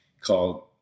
called